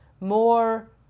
more